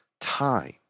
time